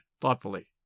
thoughtfully